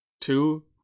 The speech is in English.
Two